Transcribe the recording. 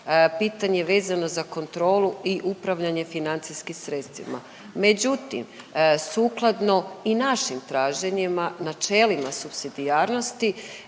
pitanje vezano za kontrolu i upravljanje financijskim sredstvima. Međutim, sukladno i našim traženjima načelima supsidijarnosti